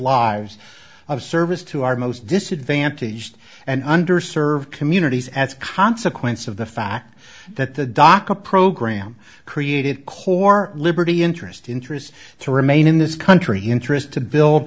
lives of service to our most disadvantaged and under served communities as a consequence of the fact that the dhaka program created core liberty interest interest to remain in this country interest to build